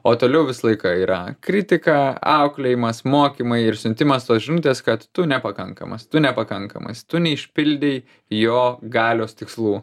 o toliau visą laiką yra kritika auklėjimas mokymai ir siuntimas tos žinutės kad tu nepakankamas tu nepakankamas tu neišpildei jo galios tikslų